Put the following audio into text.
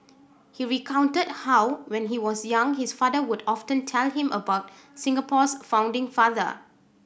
he recounted how when he was young his father would often tell him about Singapore's founding father